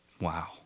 Wow